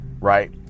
right